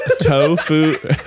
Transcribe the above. tofu